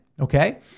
Okay